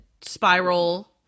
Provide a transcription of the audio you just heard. spiral